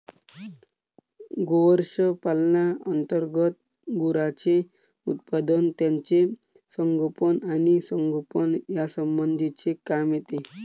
गोवंश पालना अंतर्गत गुरांचे उत्पादन, त्यांचे संगोपन आणि संगोपन यासंबंधीचे काम येते